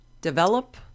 develop